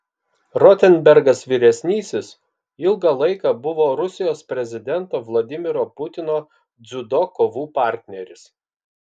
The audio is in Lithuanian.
rotenbergas vyresnysis ilgą laiką buvo rusijos prezidento vladimiro putino dziudo kovų partneris